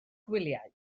gwyliau